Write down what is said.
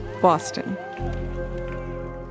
Boston